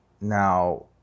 Now